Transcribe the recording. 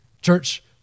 Church